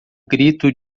grito